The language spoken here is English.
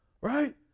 right